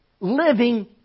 Living